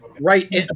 Right